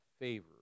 favor